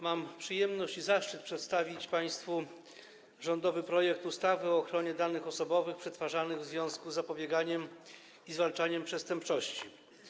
Mam przyjemność i zaszczyt przedstawić państwu rządowy projekt ustawy o ochronie danych osobowych przetwarzanych w związku z zapobieganiem i zwalczaniem przestępczości.